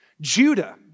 Judah